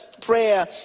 prayer